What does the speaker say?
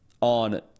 on